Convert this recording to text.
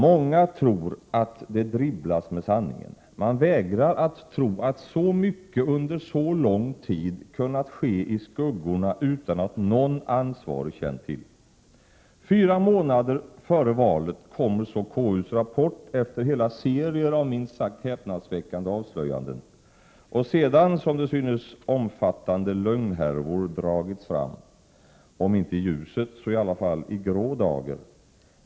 Många tror att det dribblas med sanningen. Man vägrar att tro att så mycket under så lång tid kunnat ske i skuggorna utan att någon ansvarig känt till det. Fyra månader före valet kommer KU:s rapport efter hela serier av minst sagt häpnadsväckande avslöjanden och sedan, som det synes, omfattande lögnhärvor dragits fram, om inte i ljuset så i alla fall i grå dager.